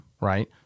Right